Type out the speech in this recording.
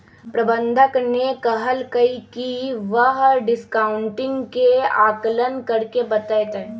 प्रबंधक ने कहल कई की वह डिस्काउंटिंग के आंकलन करके बतय तय